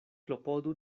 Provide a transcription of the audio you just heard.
klopodu